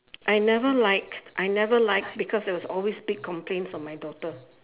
I never liked I never liked because there was always big complains of my daughter